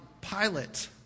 Pilate